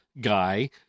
guy